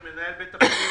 היושב-ראש,